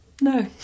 No